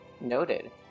Noted